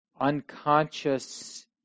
unconscious